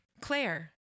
claire